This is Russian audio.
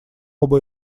оба